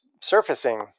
surfacing